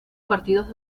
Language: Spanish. partidos